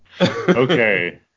Okay